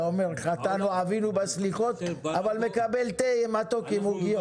אתה אומר חטאנו עוינו בסליחות אבל מקבל תה מתוק עם עוגיות.